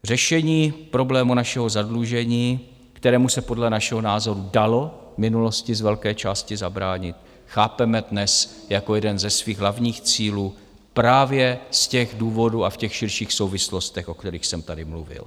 Řešení problému našeho zadlužení, kterému se podle našeho názoru dalo v minulosti z velké části zabránit, chápeme dnes jako jeden ze svých hlavních cílů právě z těch důvodů a v těch širších souvislostech, o kterých jsem tady mluvil.